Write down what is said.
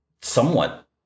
somewhat